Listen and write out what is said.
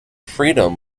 freedom